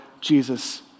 Jesus